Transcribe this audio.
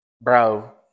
bro